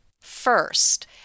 First